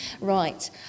Right